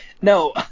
No